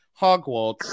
Hogwarts